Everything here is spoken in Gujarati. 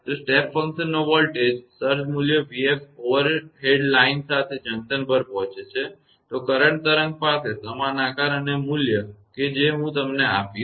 તેથી જો સ્ટેપ ફંક્શનનો વોલ્ટેજ સર્જ મૂલ્ય 𝑣𝑓 ઓવરહેડ લાઇન સાથે જંકશન પર પહોંચે છે તો કરંટ તરંગ પાસે સમાન આકાર અને મૂલ્ય કે જે હું તમને આપીશ